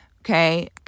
Okay